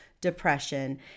depression